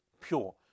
pure